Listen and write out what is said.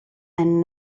and